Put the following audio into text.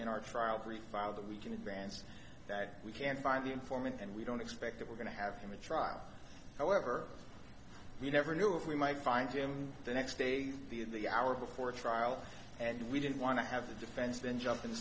in our trial free file that we can advance that we can find the informant and we don't expect that we're going to have him a trial however we never knew if we might find him the next day the hour before trial and we didn't want to have the defense then jump